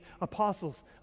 apostles